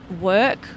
work